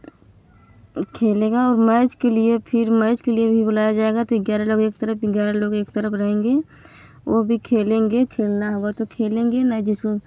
खेलेगा और मैच के लिए फिर मैच के लिए भी बुलाया जाएगा तो ग्यारह लोग एक तरफ़ ग्यारह लोग एक तरफ़ रहेंगे वह भी खेलेंगे खेलना होगा तो खेलेंगे नहीं जिसको